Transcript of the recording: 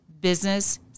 business